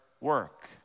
work